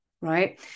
right